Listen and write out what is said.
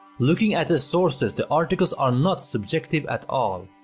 looking at the sources, the articles are not subjective at all.